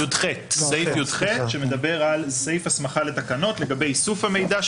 סעיף (י"ח) שמדבר על סעיף הסמכה לתקנות לגבי איסוף המידע,